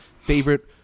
favorite